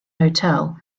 hotel